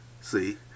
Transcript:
See